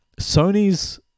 Sony's